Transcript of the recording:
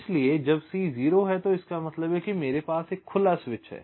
इसलिए जब C 0 है तो इसका मतलब है कि मेरे पास एक खुला स्विच है